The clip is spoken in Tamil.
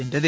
வென்றது